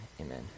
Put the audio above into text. Amen